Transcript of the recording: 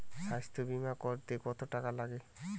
স্বাস্থ্যবীমা করতে কত টাকা লাগে?